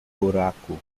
buraco